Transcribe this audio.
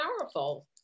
powerful